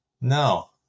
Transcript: No